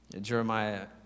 Jeremiah